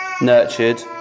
nurtured